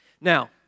Now